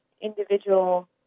individual